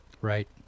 Right